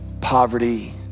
poverty